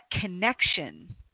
connection